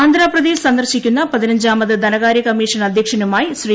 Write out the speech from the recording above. ആന്ധ്രാപ്രദേശ് സന്ദർശിക്കുന്ന പതിനഞ്ചാമത് ധനകാര്യ കമ്മീഷൻ അധ്യക്ഷനുമായി ശ്രീ